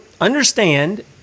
understand